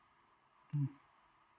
mm